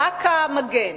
רק המגן.